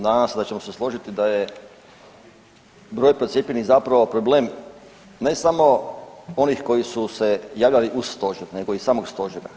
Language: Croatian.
Nadam se da ćemo se složiti da je broj procijepljenih zapravo problem ne samo onih koji su se javljali uz Stožer nego i samog Stožera.